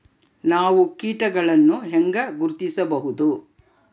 ನಾವು ಕೇಟಗಳನ್ನು ಹೆಂಗ ಗುರ್ತಿಸಬಹುದು?